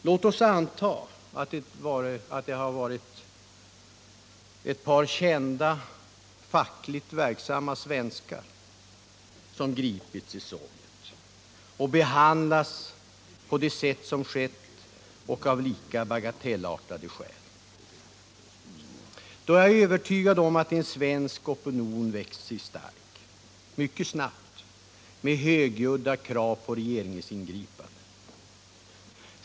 Låt oss anta att det hade varit ett par kända, fackligt verksamma svenskar som gripits i Sovjet och behandlats på det sätt som skett av lika bagatellartade skäl. Jag är övertygad om att en svensk opinion då mycket snabbt hade växt sig stark med högljudda krav på regeringsingripande.